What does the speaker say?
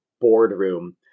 boardroom